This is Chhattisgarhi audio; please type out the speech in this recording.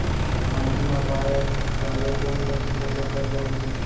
माटी मा पाए वाले कोन कोन से पोसक तत्व होथे?